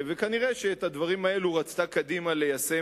וכנראה את הדברים האלה רצתה קדימה ליישם